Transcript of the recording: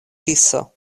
kiso